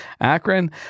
Akron